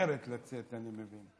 שממהרת לצאת, אני מבין.